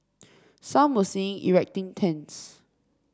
some were seen erecting tents